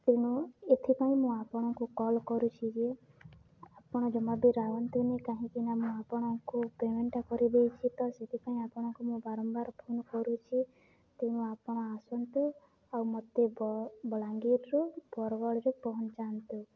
ତେଣୁ ଏଥିପାଇଁ ମୁଁ ଆପଣଙ୍କୁ କଲ୍ କରୁଛି ଯେ ଆପଣ ଜମା ବି ରହନ୍ତୁନି କାହିଁକିନା ମୁଁ ଆପଣଙ୍କୁ ପେମେଣ୍ଟ୍ଟା କରିଦେଇଛି ତ ସେଥିପାଇଁ ଆପଣଙ୍କୁ ମୁଁ ବାରମ୍ବାର ଫୋନ୍ କରୁଛି ତେଣୁ ଆପଣ ଆସନ୍ତୁ ଆଉ ମୋତେ ବଲାଙ୍ଗୀର୍ରୁ ବର୍ଗଡ଼୍ରେ ପହଁଞ୍ଚାନ୍ତୁ